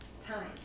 time